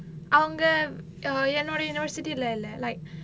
அவங்க:avanga err என்னோட:ennoda university leh இல்ல:illa like